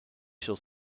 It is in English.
shall